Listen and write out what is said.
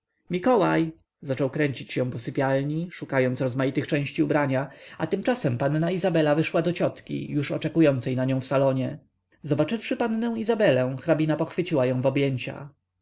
mikołaj zaczął kręcić się po sypialni szukając rozmaitych części ubrania a tymczasem panna izabela wyszła do ciotki już oczekującej na nią w salonie zobaczywszy pannę izabelę hrabina pochwyciła ją w objęcia